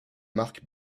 mark